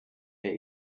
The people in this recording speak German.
der